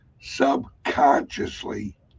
subconsciously